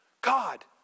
God